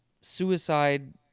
suicide